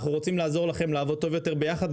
אנחנו רוצים לעזור לכם לעבוד טוב יותר ביחד.